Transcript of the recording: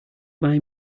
buy